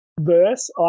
verse